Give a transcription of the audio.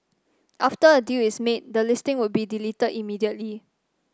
after a deal is made the listing would be deleted immediately